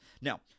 Now